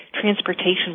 transportation